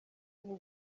ubu